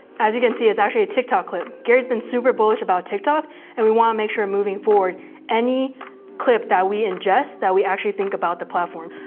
as you can see, it's actually a tiktok clip. gary's been super bullish about tiktok and we want to make sure we're moving forward any clip that we ingest that we actually think about the platform.